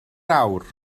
awr